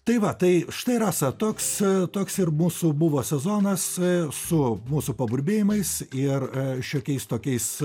tai va tai štai rasa toks toks ir mūsų buvo sezonas su mūsų paburbėjimais ir šiokiais tokiais